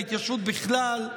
להתיישבות בכלל.